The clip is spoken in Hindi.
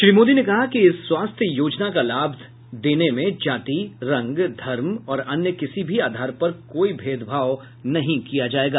श्री मोदी ने कहा कि इस स्वास्थ्य योजना का लाभ देने में जाति रंग धर्म और अन्य किसी भी आधार पर कोई भेदभाव नहीं किया जाएगा